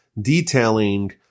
detailing